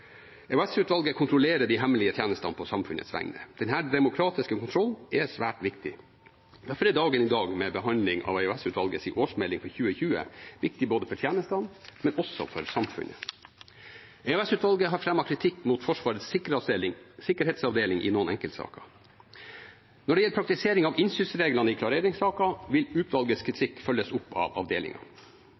EOS-utvalget kontrollerer de hemmelige tjenestene på samfunnets vegne. Denne demokratiske kontrollen er svært viktig. Derfor er dagen i dag med behandling av EOS-utvalgets årsmelding for 2020 viktig både for tjenestene og for samfunnet. EOS-utvalget har fremmet kritikk mot Forsvarets sikkerhetsavdeling i noen enkeltsaker. Når det gjelder praktisering av innsynsreglene i klareringssaker, vil utvalgets kritikk følges opp av